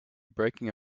breaking